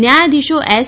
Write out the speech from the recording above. ન્યાયાધીશો એસ